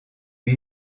lui